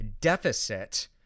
deficit